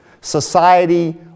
society